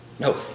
No